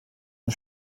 und